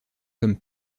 comme